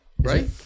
right